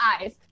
eyes